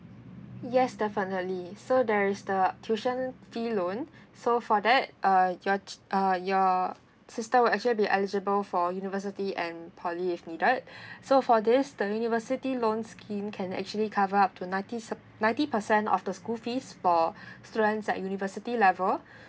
yes definitely so there is the tuition fee loan so for that uh your uh your sister will actually be eligible for university and poly if needed so for this the university loan scheme can actually cover up to nineties ninety percent of the school fees for students like university level